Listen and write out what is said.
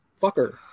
fucker